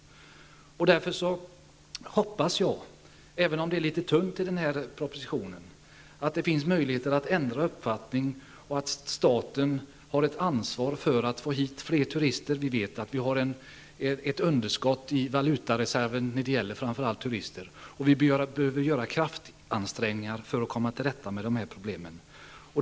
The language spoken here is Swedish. Jag hoppas därför -- även om det är litet tunt i den här propositionen -- att det finns möjligheter att ändra uppfattning, så att staten får ett ansvar för att få hit fler turister. Vi vet att vi har ett underskott i valutareserven när det gäller framför allt turister, och vi behöver göra kraftansträngningar för att komma till rätta med de här problemen.